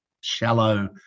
shallow